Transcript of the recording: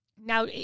Now